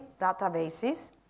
databases